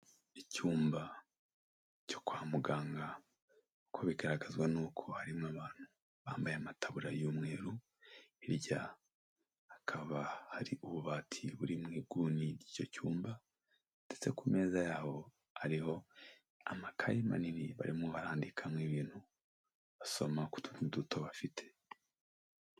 Icyumba cyo kwa muganga, uko bigaragazwa nuko harimo abantu bambaye amataburiya y'umweru, hirya hakaba hari ububati buri mu iguni ry'icyo cyumba, ndetse ku meza yaho ariho amakaye manini barimo barandikamo ibintu, basoma ku tuntu duto bafite.